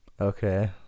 okay